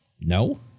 No